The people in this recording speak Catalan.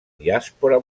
diàspora